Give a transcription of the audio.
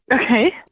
okay